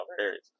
areas